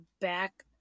back